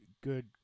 good